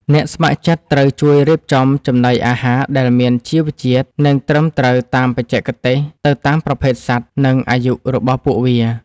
អ្នកស្ម័គ្រចិត្តត្រូវជួយរៀបចំចំណីអាហារដែលមានជីវជាតិ និងត្រឹមត្រូវតាមបច្ចេកទេសទៅតាមប្រភេទសត្វ និងអាយុរបស់ពួកវា។